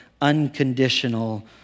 unconditional